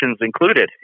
included